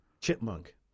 chipmunk